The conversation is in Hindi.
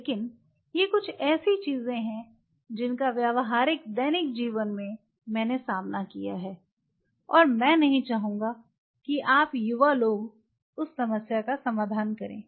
लेकिन ये कुछ ऐसी चीजें हैं जिनका व्यावहारिक दैनिक जीवन में मैंने सामना किया है और मैं नहीं चाहूंगा कि आप युवा लोग उस समस्या का सामना करें